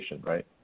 right